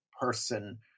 person